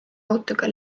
autoga